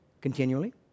continually